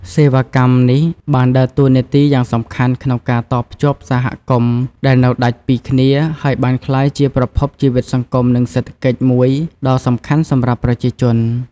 សេវាកម្មនេះបានដើរតួនាទីយ៉ាងសំខាន់ក្នុងការតភ្ជាប់សហគមន៍ដែលនៅដាច់ពីគ្នា ហើយបានក្លាយជាប្រភពជីវិតសង្គមនិងសេដ្ឋកិច្ចមួយដ៏សំខាន់សម្រាប់ប្រជាជន។